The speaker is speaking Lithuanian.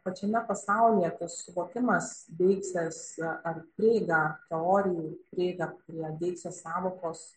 pačiame pasaulyje tas susivokimas deiksės ar prieiga teorijų prieiga prie deiksės sąvokos